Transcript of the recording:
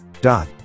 dot